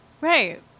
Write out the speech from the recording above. Right